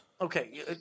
Okay